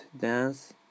dance